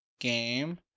game